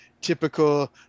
Typical